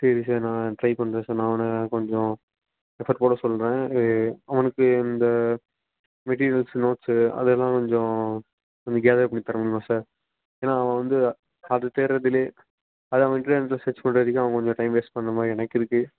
சரி சார் நான் ட்ரை பண்ணுறேன் சார் நான் அவனை கொஞ்சம் எஃபோர்ட் போட சொல்கிறேன் எ அவனுக்கு இந்த மெட்டிரியல்ஸ் நோட்ஸு அதையெல்லாம் கொஞ்சம் கொஞ்சம் கேதர் பண்ணி தரமுடியுமா சார் ஏன்னால் அவன் வந்து அது தேடுறதுலே அது அவன் இன்டர்நெட்டில் சர்ச் பண்ணுறதுக்கே அவன் கொஞ்சம் டைம் வேஸ்ட் பண்ண மாதிரி எனக்கு இருக்குது